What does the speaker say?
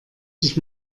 dich